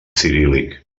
ciríl·lic